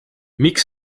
miks